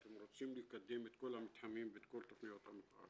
רוצים לקדם את כל המתחמים ואת כל תוכניות המתאר,